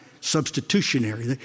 Substitutionary